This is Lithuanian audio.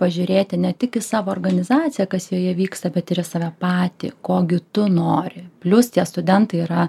pažiūrėti ne tik į savo organizaciją kas joje vyksta bet ir į save patį ko gi tu nori plius tie studentai yra